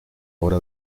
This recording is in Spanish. obra